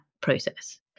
process